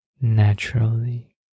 naturally